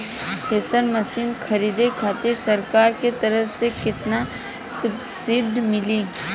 Thresher machine खरीदे खातिर सरकार के तरफ से केतना सब्सीडी मिली?